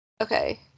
Okay